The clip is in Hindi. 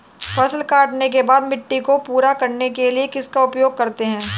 फसल काटने के बाद मिट्टी को पूरा करने के लिए किसका उपयोग करते हैं?